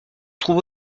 trouve